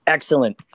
Excellent